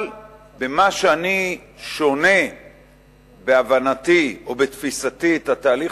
אבל במה שאני שונה בהבנתי או בתפיסתי את התהליך